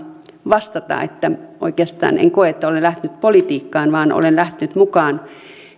vastata että oikeastaan en koe että olen lähtenyt politiikkaan vaan olen lähtenyt mukaan niin